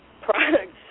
products